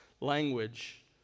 language